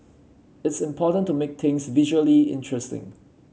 it's important to make things visually interesting